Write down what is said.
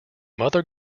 mother